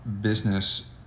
business